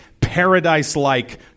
paradise-like